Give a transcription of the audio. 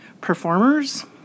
performers